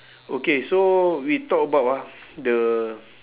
okay so we talk about ah the